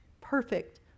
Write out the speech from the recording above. perfect